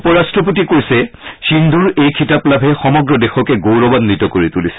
উপৰট্টপতিয়ে কৈছে সিঙ্গুৰ এই খিতাপ লাভে সমগ্ৰ দেশকে গৌৰৱাঘিত কৰি তুলিছে